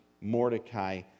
Mordecai